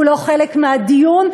הוא לא חלק מהדיון,